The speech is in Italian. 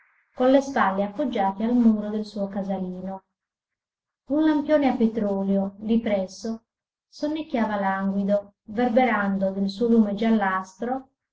con le spalle appoggiate al muro del suo casalino un lampione a petrolio lì presso sonnecchiava languido verberando del suo lume giallastro